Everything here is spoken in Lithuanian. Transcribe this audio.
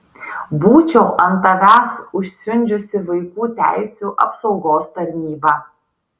būčiau ant tavęs užsiundžiusi vaikų teisių apsaugos tarnybą